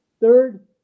third